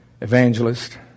evangelist